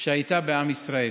שהייתה בעם ישראל.